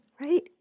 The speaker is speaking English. right